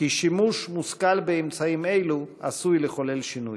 כי שימוש מושכל באמצעים אלו עשוי לחולל שינוי.